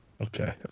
Okay